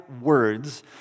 words